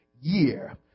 year